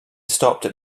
stopped